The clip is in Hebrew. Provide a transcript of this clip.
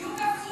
בדיוק הפוך.